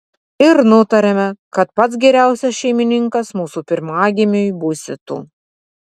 ir nutarėme kad pats geriausias šeimininkas mūsų pirmagimiui būsi tu